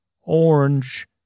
Orange